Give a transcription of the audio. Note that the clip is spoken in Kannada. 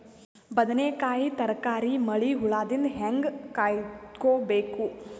ಬದನೆಕಾಯಿ ತರಕಾರಿ ಮಳಿ ಹುಳಾದಿಂದ ಹೇಂಗ ಕಾಯ್ದುಕೊಬೇಕು?